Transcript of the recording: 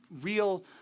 real